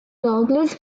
douglas